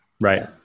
right